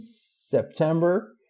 September